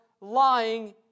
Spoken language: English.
lying